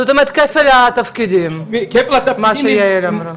זאת אומרת כפל התפקידים, מה שיעל אמרה.